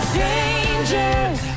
Strangers